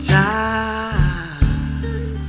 time